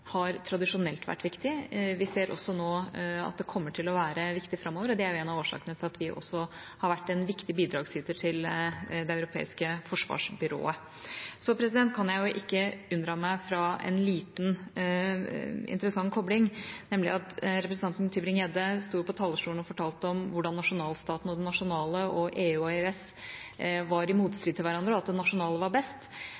tradisjonelt har vært viktig. Vi ser også nå at det kommer til å være viktig framover. Det er en av årsakene til at vi har vært en viktig bidragsyter til Det europeiske forsvarsbyrået. Så kan jeg ikke unndra meg fra en liten, interessant kopling, nemlig at representanten Tybring-Gjedde sto på talerstolen og fortalte om hvordan nasjonalstaten og det nasjonale og EU og EØS var i